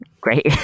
Great